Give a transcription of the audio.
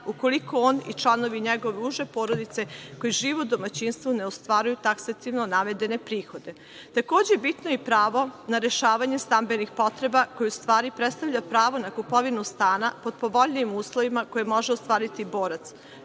ukoliko on i članovi njegove uže porodice koji žive u domaćinstvu ne ostvaruju taksativno navedene prihode. Takođe, bitno je i pravo na rešavanje stambenih potreba, koje u stvari predstavlja pravo na kupovinu stana pod povoljnijim uslovima koje može ostvariti borac,